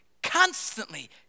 constantly